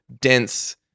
dense